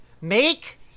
Make